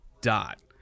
dot